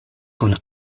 kun